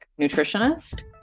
nutritionist